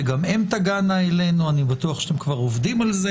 שגם הן תגענה אלינו אני בטוח שאתם כבר עובדים על זה.